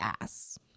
ass